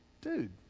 Dude